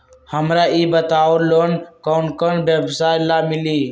हमरा ई बताऊ लोन कौन कौन व्यवसाय ला मिली?